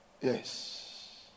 Yes